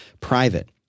private